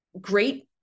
great